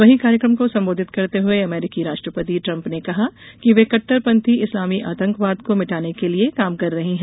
वही कार्यक्रम को संबोधित करते हुए अमरीकी राष्ट्रपति ट्रम्प ने कहा कि वे कट्टरपंथी इस्लामी आतंकवाद को मिटाने के लिए काम कर रहे हैं